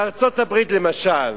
בארצות-הברית למשל,